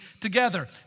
together